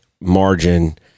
margin